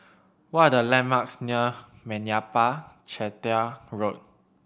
what are the landmarks near Meyappa Chettiar Road